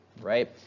right